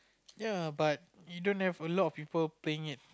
ya but you don't have a lot of people playing it